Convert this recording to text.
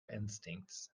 instincts